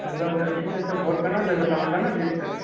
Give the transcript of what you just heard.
खरिदल जाइ छै ने तऽ वोट केना देबय तहन केना जिततय